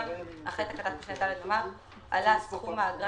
אחרי תקנת משנה (ד) נאמר: "עלה סכום האגרה